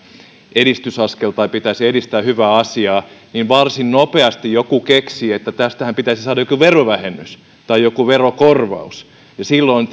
edistysaskel tai pitäisi edistää hyvää asiaa niin varsin nopeasti joku keksii että tästähän pitäisi saada joku verovähennys tai joku verokorvaus ja silloin